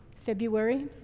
February